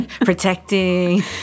protecting